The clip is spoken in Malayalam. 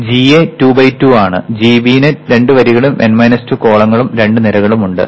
gA 2 ബൈ 2 ആണ് gB ന് 2 വരികളും n 2 കോളങ്ങളും gD ന് n 2 വരികളും n 2 കോളങ്ങളും gB ട്രാൻസ്പോസിന് n 2 വരികളും 2 നിരകളും ഉണ്ട്